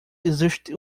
existe